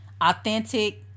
authentic